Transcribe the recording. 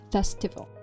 Festival